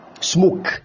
Smoke